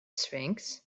sphinx